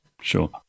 Sure